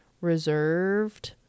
reserved